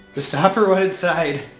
the stopper went inside?